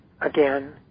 again